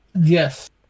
Yes